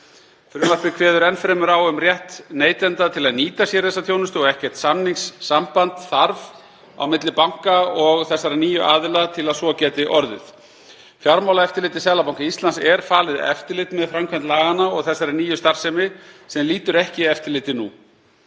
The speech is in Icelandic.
Frumvarpið kveður enn fremur á um rétt neytenda til að nýta sér þessa þjónustu og ekkert samningssamband þarf á milli banka og þessara nýju aðila til að svo geti orðið. Fjármálaeftirliti Seðlabanka Íslands er falið eftirlit með framkvæmd laganna og þessari nýju starfsemi sem lýtur ekki eftirliti nú.